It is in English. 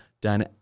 done